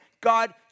God